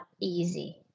easy